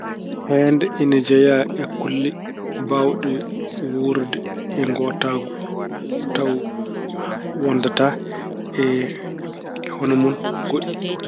Heede ina jeyaa e kulle mbaawɗe wuurde e ngootaagu taw wondataa e hono mun goɗɗi.